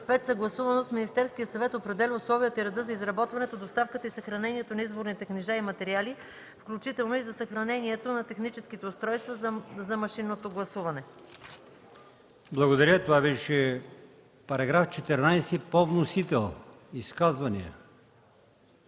5. съгласувано с Министерския съвет определя условията и реда за изработването, доставката и съхранението на изборните книжа и материали, включително и за съхранението на техническите устройства за машинното гласуване.” ПРЕДСЕДАТЕЛ АЛИОСМАН ИМАМОВ: Благодаря Това беше § 14 по вносител. Изказвания?